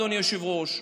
אדוני היושב-ראש,